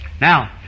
Now